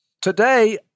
Today